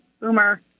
Boomer